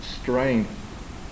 strength